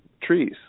trees